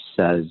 says